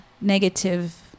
negative